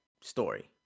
story